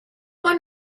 one